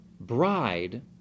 bride